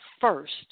first